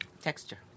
texture